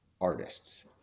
artists